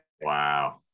Wow